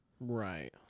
Right